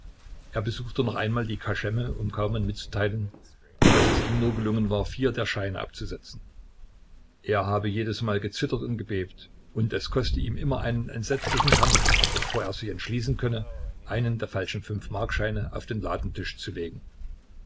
er besuchte noch einmal die kaschemme um kaumann mitzuteilen daß es ihm nur gelungen war vier der scheine abzusetzen er habe jedesmal gezittert und gebebt und es koste ihm immer einen entsetzlichen kampf bevor er sich entschließen könne einen der falschen fünfmarkscheine auf den ladentisch zu legen